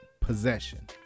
possession